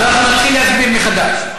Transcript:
אז אנחנו נתחיל להסביר מחדש.